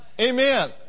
Amen